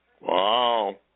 Wow